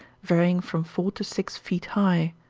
varying from four to six feet high.